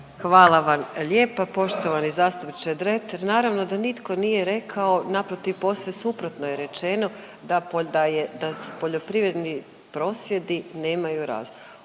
Hvala vam lijepa. Poštovani zastupniče Dretar naravno da nitko nije rekao naprotiv posve suprotno je rečeno da polj… da je, da poljoprivredni prosvjedi nemaju razlog.